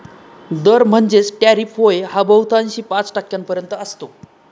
दर म्हणजेच टॅरिफ होय हा बहुतांशी पाच टक्क्यांपर्यंत असतो